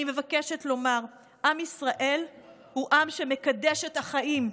אני מבקשת לומר: עם ישראל הוא עם שמקדש את החיים.